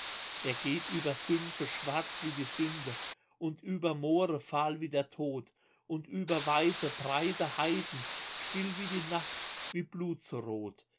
er geht über sümpfe schwarz wie die sünde und über moore fahl wie der tod und über weite breite heiden still wie die nacht wie blut so rot